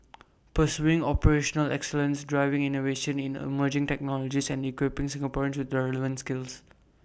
pursuing operational excellence driving innovation in emerging technologies and equipping Singaporeans with the relevant skills